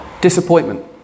disappointment